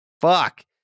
Fuck